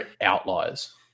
outliers